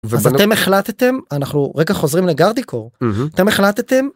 אז אתם החלטתם אנחנו רגע חוזרים לגרדיקור אתם החלטתם.